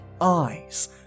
eyes